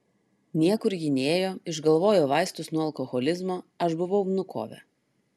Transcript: niekur ji nėjo išgalvojo vaistus nuo alkoholizmo aš buvau vnukove